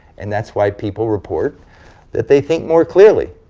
and that's why people report that they think more clearly,